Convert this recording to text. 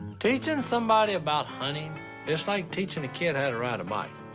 teaching somebody about hunting is like teaching a kid how to ride a bike.